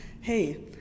Hey